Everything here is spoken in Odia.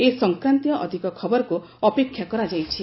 ଏ ସଂକ୍ରାନ୍ତୀୟ ଅଧିକ ଖବରକୁ ଅପେକ୍ଷା କରାଯାଇଛି